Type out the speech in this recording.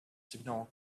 signal